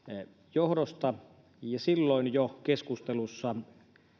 johdosta ja jo silloin keskustelussa